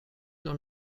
dans